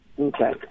Okay